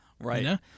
Right